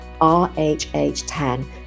RHH10